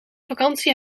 vakantie